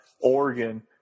Oregon